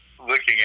looking